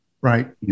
Right